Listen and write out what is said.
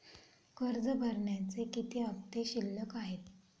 कर्ज भरण्याचे किती हफ्ते शिल्लक आहेत?